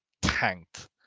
tanked